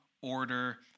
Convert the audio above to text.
order